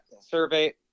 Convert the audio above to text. survey